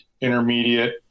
intermediate –